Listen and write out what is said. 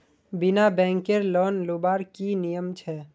बिना बैंकेर लोन लुबार की नियम छे?